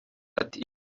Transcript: ati